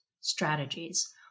strategies